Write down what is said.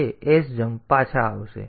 અને પછી તે sjmp પાછા આવશે